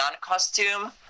costume